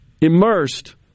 immersed